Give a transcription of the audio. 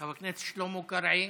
חבר הכנסת שלמה קרעי,